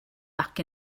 back